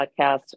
podcast